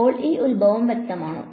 അപ്പോൾ ഈ ഉത്ഭവം വ്യക്തമാണോ